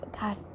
God